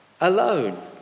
alone